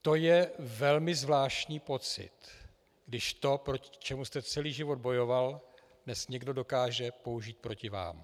To je velmi zvláštní pocit, když to, proti čemu jste celý život bojoval, dnes někdo dokáže použít proti vám.